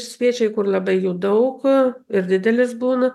spiečiai kur labai jų daug ir didelis būna